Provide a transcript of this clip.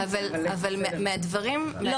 אבל מהדברים שלך עולה --- אני לא סיימתי,